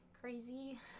crazy